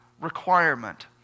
requirement